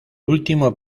último